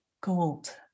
gold